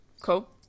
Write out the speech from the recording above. cool